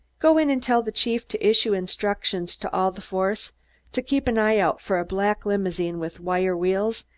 go in and tell the chief to issue instructions to all the force to keep an eye out for a black limousine with wire wheels,